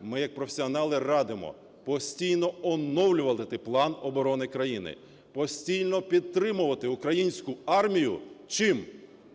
ми як професіонали радимо постійно оновлювати план оборони країни, постійно підтримувати українську армію. Чим?